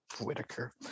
Whitaker